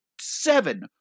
seven